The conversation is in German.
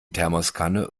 thermoskanne